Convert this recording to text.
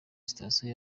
sitasiyo